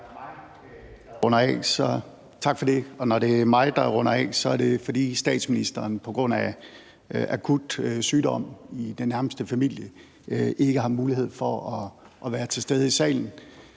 Tak for det. Når det er mig, der runder af, er det, fordi statsministeren på grund af akut sygdom i den nærmeste familie ikke har mulighed for at være til stede i salen.